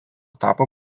tapo